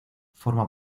forma